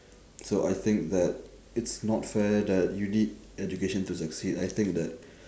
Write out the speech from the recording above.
so I think that it's not fair that you need education to succeed I think that